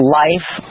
life